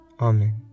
Amen